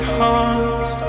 hearts